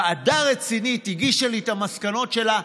ועדה רצינית הגישה לי את המסקנות שלה,